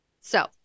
So-